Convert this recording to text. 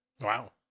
Wow